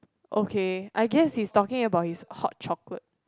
okay I guessed he's talking about his hot chocolate